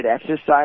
exercise